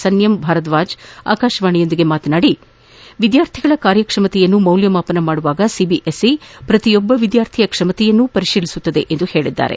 ಸನ್ಯಾಂ ಭಾರದ್ಲಾಜ್ ಅವರು ಆಕಾಶವಾಣಿಯೊಂದಿಗೆ ಮಾತನಾದಿ ವಿದ್ಯಾರ್ಥಿಗಳ ಕಾರ್ಯಕ್ಷಮತೆಯನ್ನು ಮೌಲ್ಯಮಾಪನ ಮಾಡುವಾಗ ಸಿಬಿಎಸ್ಇ ಪ್ರತಿ ವಿದ್ಯಾರ್ಥಿಯ ಕ್ಷಮತೆಯನ್ನು ಪರಿಶೀಲಿಸಲಿದೆ ಎಂದರು